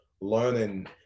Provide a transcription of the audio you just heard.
learning